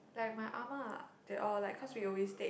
like my ah ma they all like because we always take